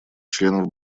членов